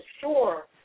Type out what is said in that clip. sure